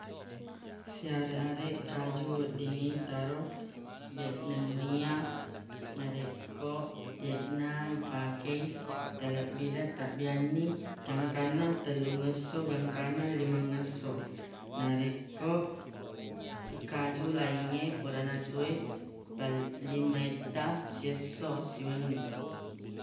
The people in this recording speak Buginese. Seareq-areq kaju weddingi taro deq nennia narekko deqna ipakei talebbireng tabbianni gangkanna tellungngesso gangkanna limangngesso narekko kaju laingnge pura nasu e palling maitta siesso siwenni